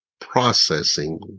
processing